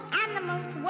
animals